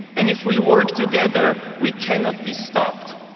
and if we work together, we cannot be stopped,